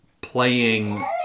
playing